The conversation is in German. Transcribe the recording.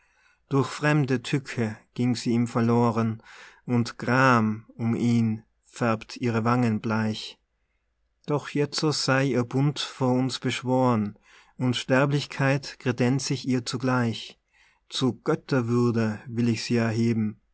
durch fremde tücke ging sie ihm verloren und gram um ihn färbt ihre wangen bleich doch jetzo sei ihr bund vor uns beschworen unsterblichkeit credenz ich ihr zugleich zur götterwürde will ich sie erheben